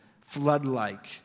flood-like